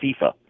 FIFA